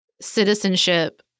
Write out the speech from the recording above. citizenship